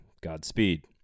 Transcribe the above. Godspeed